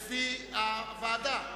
לפי הוועדה.